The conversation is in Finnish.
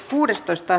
asia